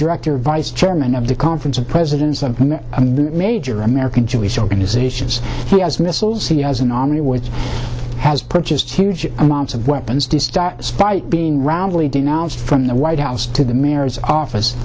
director vice chairman of the conference of presidents of major american jewish organizations he has missiles he has an army which has purchased huge amounts of weapons spite being roundly denounced from the white house to the mayor's office